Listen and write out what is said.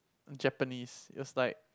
Japanese it was like